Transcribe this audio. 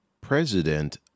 President